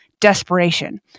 desperation